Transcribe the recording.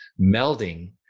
melding